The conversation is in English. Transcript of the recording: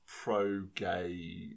pro-gay